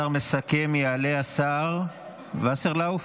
שר מסכם, יעלה השר וסרלאוף.